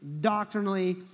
doctrinally